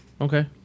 Okay